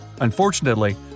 Unfortunately